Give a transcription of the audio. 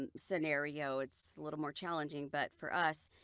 and scenario, it's a little more challenging but for us,